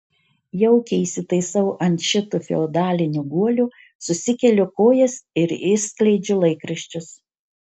jaukiai įsitaisau ant šito feodalinio guolio susikeliu kojas ir išskleidžiu laikraščius